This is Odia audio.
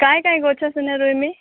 କାଏଁ କାଏଁ ଗଛ ସେନେ ରୁଇମି